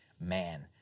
man